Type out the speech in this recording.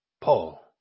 Paul